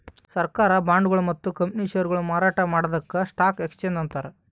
ಸರ್ಕಾರ್ ಬಾಂಡ್ಗೊಳು ಮತ್ತ್ ಕಂಪನಿ ಷೇರ್ಗೊಳು ಮಾರಾಟ್ ಮಾಡದಕ್ಕ್ ಸ್ಟಾಕ್ ಎಕ್ಸ್ಚೇಂಜ್ ಅಂತಾರ